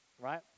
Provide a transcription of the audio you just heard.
Right